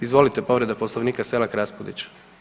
Izvolite povreda Poslovnika Selak Raspudić.